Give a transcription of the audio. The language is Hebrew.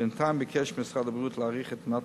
בינתיים ביקש משרד הבריאות להאריך את הפעילות של "נטלי"